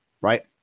right